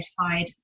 notified